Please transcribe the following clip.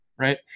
right